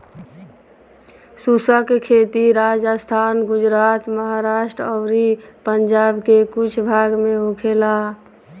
शुष्क खेती राजस्थान, गुजरात, महाराष्ट्र अउरी पंजाब के कुछ भाग में होखेला